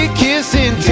kissing